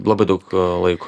labai daug laiko